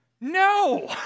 No